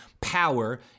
power